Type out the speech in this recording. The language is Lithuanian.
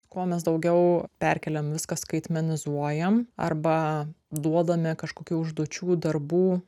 kuo mes daugiau perkeliam viską skaitmenizuojam arba duodame kažkokių užduočių darbų